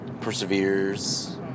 perseveres